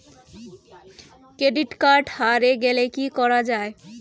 Credit card হারে গেলে কি করা য়ায়?